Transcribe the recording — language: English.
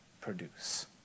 produce